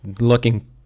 looking